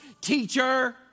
teacher